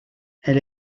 elle